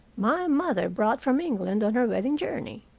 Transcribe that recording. my mother brought from england on her wedding journey.